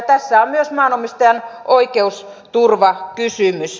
tässä on myös maanomistajan oikeusturvakysymys